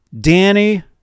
Danny